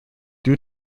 due